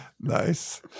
Nice